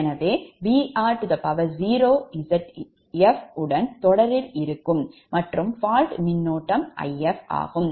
எனவே Vr0 Zf உடன் தொடரில் இருக்கும்மற்றும் fault மின்னோட்டம் If ஆகும்